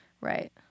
right